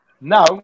Now